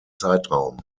zeitraum